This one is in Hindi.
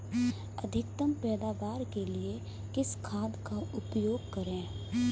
अधिकतम पैदावार के लिए किस खाद का उपयोग करें?